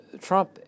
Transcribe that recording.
Trump